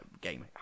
game